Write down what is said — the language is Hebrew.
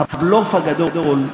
הבלוף הגדול,